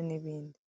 agatebe gatoya.